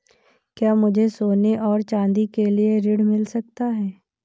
क्या मुझे सोने और चाँदी के लिए ऋण मिल सकता है?